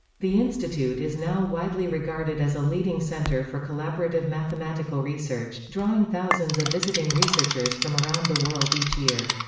the institute is now widely regarded as a leading center for collaborative mathematical research, drawing thousands of visiting researchers from around the world each year.